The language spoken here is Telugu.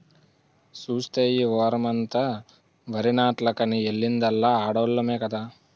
సూస్తే ఈ వోరమంతా వరినాట్లకని ఎల్లిందల్లా ఆడోల్లమే కదా